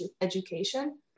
education